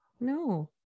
no